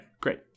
great